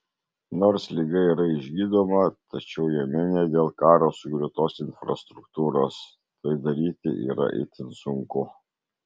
nors liga yra išgydoma tačiau jemene dėl karo sugriautos infrastruktūros tai daryti yra itin sunku